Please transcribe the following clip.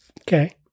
Okay